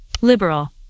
liberal